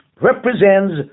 represents